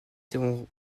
seront